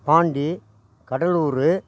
Pandi Cuddalore